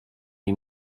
nii